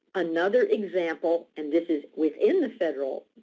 another example, and this is within the federal,